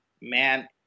Man